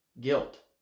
guilt